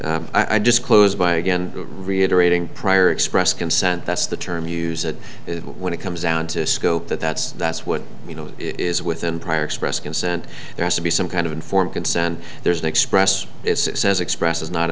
had i just close by again reiterating prior express consent that's the term you use it when it comes down to scope that that's that's what you know it is within prior express consent there has to be some kind of informed consent there's an express says expresses not